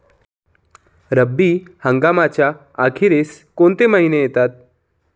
रब्बी हंगामाच्या अखेरीस कोणते महिने येतात?